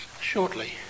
shortly